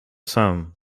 sam